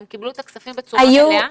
הן קיבלו את הכספים בצורה מלאה?